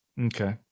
Okay